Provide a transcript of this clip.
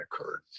occurred